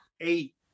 eight